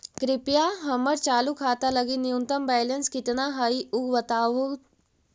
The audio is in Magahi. कृपया हमर चालू खाता लगी न्यूनतम बैलेंस कितना हई ऊ बतावहुं